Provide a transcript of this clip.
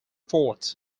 fort